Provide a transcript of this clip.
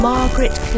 Margaret